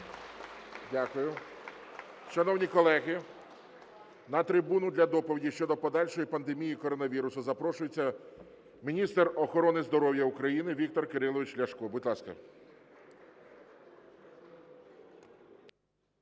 Дякую. Шановні колеги, на трибуну для доповіді щодо подальшої пандемії коронавірусу запрошується міністр охорони здоров'я України Віктор Кирилович Ляшко. Будь ласка.